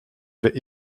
vais